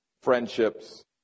friendships